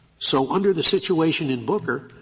so under the situation in booker,